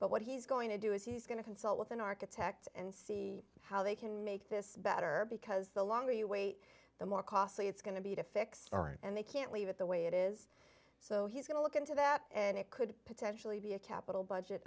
but what he's going to do is he's going to consult with an architect and see how they can make this better because the longer you wait the more costly it's going to be to fix current and they can't leave it the way it is so he's going to look into that and it could potentially be a capital budget